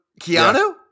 keanu